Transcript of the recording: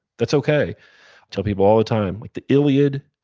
that's okay i tell people all the time, like the iliad,